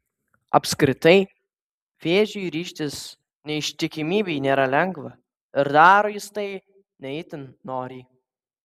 apskritai vėžiui ryžtis neištikimybei nėra lengva ir daro jis tai ne itin noriai